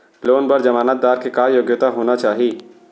Loan बर जमानतदार के का योग्यता होना चाही?